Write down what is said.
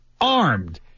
armed